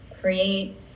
create